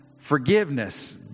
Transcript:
forgiveness